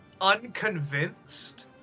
unconvinced